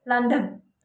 London